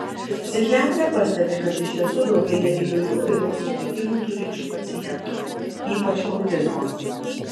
psichiatrė pastebi kad iš tiesų daugėja įvairių raidos sutrikimų turinčių pacientų ypač autizmo